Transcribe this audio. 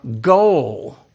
goal